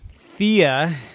Thea